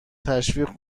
تشویق